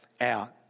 out